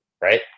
right